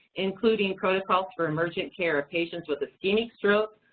including protocols for emergent care of patients with ischemic stroke,